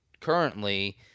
currently